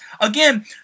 again